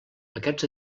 aquests